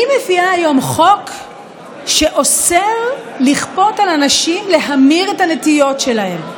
אני מביאה היום חוק שאוסר לכפות על אנשים להמיר את הנטיות שלהם,